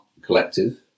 collective